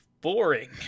boring